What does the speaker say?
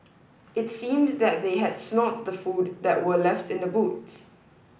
it seemed that they had snort the food that were left in the boot